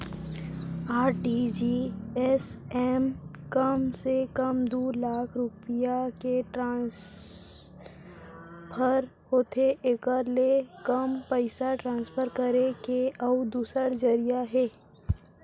RTGS म कम से कम दू लाख रूपिया के ट्रांसफर होथे एकर ले कम पइसा ट्रांसफर करे के अउ दूसर जरिया हे